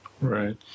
Right